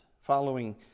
following